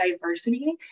diversity